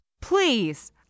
Please